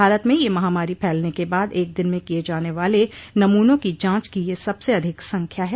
भारत में यह महामारी फैलने के बाद एक दिन में किये जाने वाले नमूनों की जांच की यह सबसे अधिक संख्या है